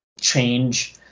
change